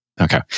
Okay